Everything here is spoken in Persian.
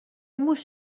موش